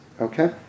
Okay